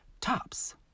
tops